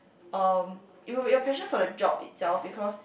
um it would be a passion for the job itself because